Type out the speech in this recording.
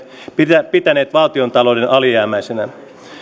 ja pitäneet valtiontalouden alijäämäisenä